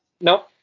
No